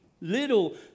little